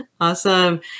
Awesome